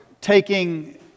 taking